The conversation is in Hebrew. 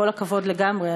כל הכבוד לגמרי,